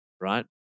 right